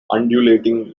undulating